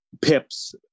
pips